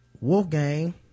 wolfgang